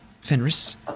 Fenris